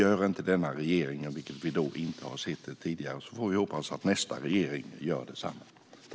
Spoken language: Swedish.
Gör inte denna regering det, vilket vi inte har sett hittills, får vi hoppas att nästa regering gör det.